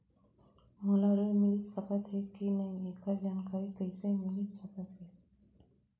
मोला ऋण मिलिस सकत हे कि नई एखर जानकारी कइसे मिलिस सकत हे?